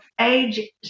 age